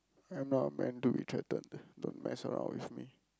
I'm not a man to be threatened don't mess around with me